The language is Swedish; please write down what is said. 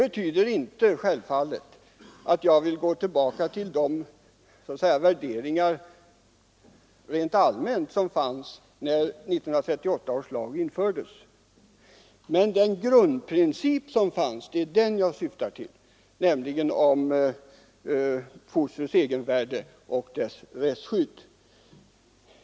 Detta betyder självfallet inte att jag vill gå tillbaka till de allmänna värderingar som fanns när 1938 års lag infördes, utan jag syftar på den grundprincip som då fanns, nämligen principen om fostrets egenvärde och rättsskydd.